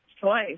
choice